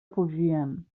fugien